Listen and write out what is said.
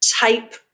type